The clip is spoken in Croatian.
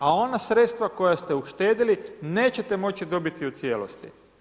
A ona sredstva koja ste uštedjeli nećete moći dobiti u cijelosti.